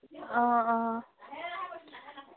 অঁ অঁ